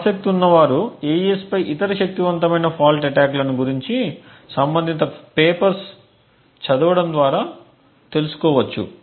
ఆసక్తి ఉన్నవారు AES పై ఇతర శక్తివంతమైన ఫాల్ట్ అటాక్ లను గురించి సంబంధిత పేపర్స్ చదువటం ద్వారా తెలుసుకోవచ్చు